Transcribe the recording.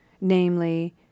namely